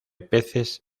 peces